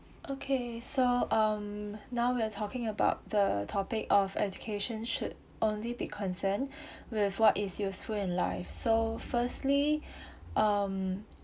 okay so um now we're talking about the topic of education should only be concern with what is useful in life so firstly um